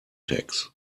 tax